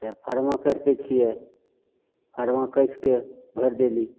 फरमा कसि दै छिए फरमा कसिके भरि देली